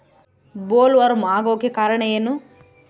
Bollworm ಆಗೋಕೆ ಕಾರಣ ಏನು?